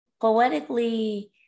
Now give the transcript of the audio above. poetically